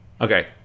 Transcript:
Okay